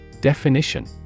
Definition